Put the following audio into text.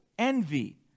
Envy